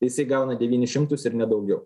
tai jis įgauna devynis šimtus ir ne daugiau